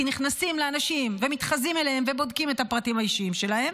כי נכנסים לאנשים ומתחזים אליהם ובודקים את הפרטים האישיים שלהם.